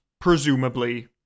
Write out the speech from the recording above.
Presumably